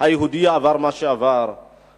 היהודי עבר מה שעבר,